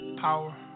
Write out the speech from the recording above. Power